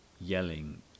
yelling